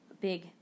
big